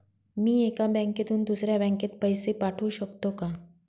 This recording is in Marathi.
मी एका बँकेतून दुसऱ्या बँकेत पैसे पाठवू शकतो का?